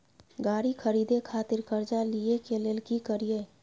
गाड़ी खरीदे खातिर कर्जा लिए के लेल की करिए?